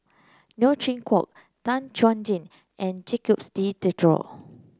Neo Chwee Kok Tan Chuan Jin and Jacques De Coutre